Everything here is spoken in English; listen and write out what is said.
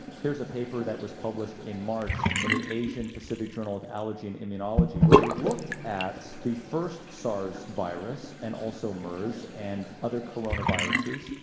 here's a paper that was published in march in the asian pacific journal of allergy and immunology, where they looked at the first sars virus and also mers and other coronaviruses,